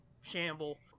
Shamble